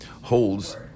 holds